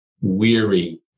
weary